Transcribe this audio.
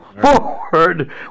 forward